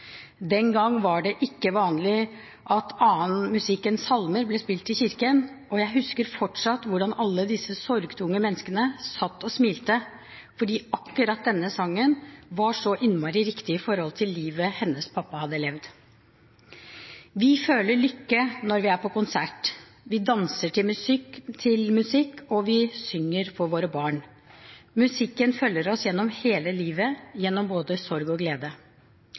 Den gang var det ikke vanlig at annen musikk enn salmer ble spilt i kirken, og jeg husker fortsatt hvordan alle disse sorgtunge menneskene satt og smilte, fordi akkurat denne sangen var så innmari riktig til det livet som hennes pappa hadde levd. Vi føler lykke når vi er på konsert, vi danser til musikk, og vi synger for våre barn. Musikken følger oss gjennom hele livet, gjennom både sorg og glede.